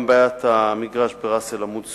גם בעיית המגרש בראס-אל-עמוד סוכמה.